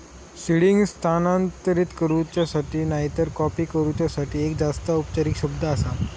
seeding स्थानांतरित करूच्यासाठी नायतर कॉपी करूच्यासाठी एक जास्त औपचारिक शब्द आसा